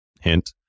hint